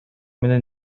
менен